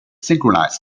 synchronize